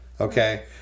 Okay